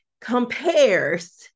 compares